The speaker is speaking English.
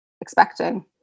expecting